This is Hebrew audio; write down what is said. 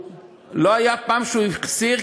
ולא הייתה פעם שהוא החסיר,